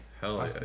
Hell